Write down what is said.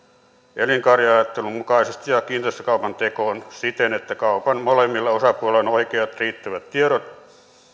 elinkaariajattelun mukaisesti ja kiinteistökaupan tekoon siten että kaupan molemmilla osapuolilla on oikeat riittävät tiedot